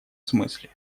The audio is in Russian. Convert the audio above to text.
смысле